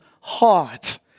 heart